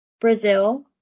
Brazil